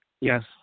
Yes